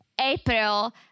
April